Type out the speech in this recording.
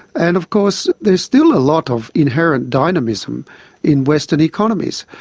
and of course there's still a lot of inherent dynamism in western economies.